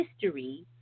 history